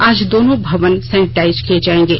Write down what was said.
आज दोनों भवन सैनेटाइज किये जाएंगे